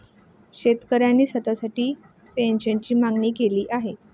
शेतकऱ्याने स्वतःसाठी पेन्शनची मागणी केली आहे